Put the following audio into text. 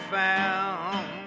found